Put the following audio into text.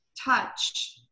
touch